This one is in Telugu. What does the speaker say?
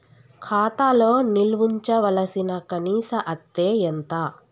ఖాతా లో నిల్వుంచవలసిన కనీస అత్తే ఎంత?